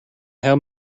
how